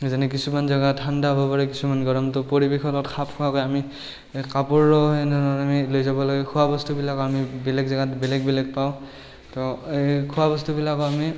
যেনে কিছুমান জেগা ঠাণ্ডা হ'ব পাৰে কিছুমান গৰম তো পৰিৱেশৰ লগত খাপ খোৱাকৈ আমি কাপোৰো এনেধৰণে আমি লৈ যাব লাগে খোৱা বস্তুবিলাক আমি বেলেগ জেগাত বেলেগ বেলেগ পাওঁ তো খোৱা বস্তুবিলাক আমি